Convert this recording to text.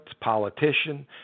politician